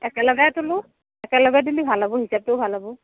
একেলগে তুলোঁ একেলগে তুলি ভাল হ'ব হিচাপটো ভাল হ'ব